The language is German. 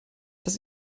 das